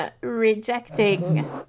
rejecting